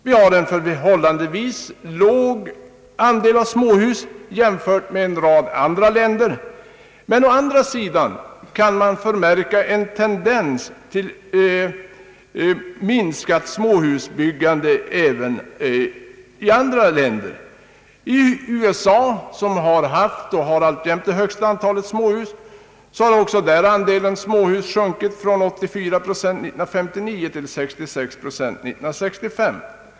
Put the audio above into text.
Vi har en förhållandevis låg andel av småhus jämfört med en rad andra länder. Men å andra sidan kan man förmärka en tendens till minskat småhusbyggande även i andra länder. Även i USA, som har haft och alltjämt har det högsta antalet småhus, har andelen småhus sjunkit från 84 procent år 1959 till 66 procent år 1965.